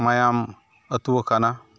ᱢᱟᱭᱟᱢ ᱟᱛᱩᱣᱟᱠᱟᱱᱟ